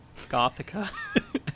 Gothica